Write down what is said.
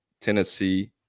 Tennessee